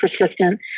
persistent